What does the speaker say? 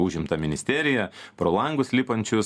užimtą ministeriją pro langus lipančius